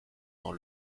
dans